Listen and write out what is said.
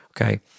okay